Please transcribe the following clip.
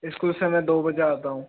school से मैं दो बजे आता हूँ